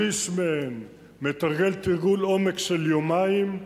שליש מהן מתרגל תרגול עומק של יומיים,